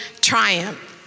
triumph